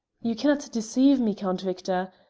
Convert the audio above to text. you cannot deceive me, count victor.